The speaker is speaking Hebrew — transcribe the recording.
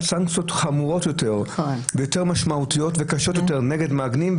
סנקציות חמורות יותר ויותר משמעותיות וקשות יותר נגד מעגנים,